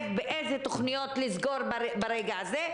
בשאלה איזה תוכניות יש לסגור ברגע זה.